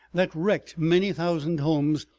that wrecked many thousand homes,